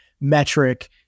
metric